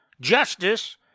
justice